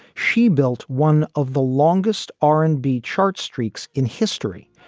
she built one of the longest r and b charts streaks in history,